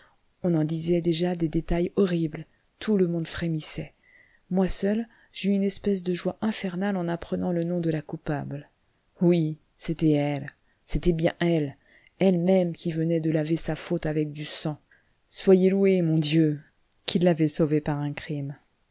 on en disait déjà des détails horribles tout le monde frémissait moi seul j'eus une espèce de joie infernale en apprenant le nom de la coupable oui c'était elle c'était bien elle elle-même qui venait de laver sa faute avec du sang soyez loué mon dieu qui l'avez sauvée par un crime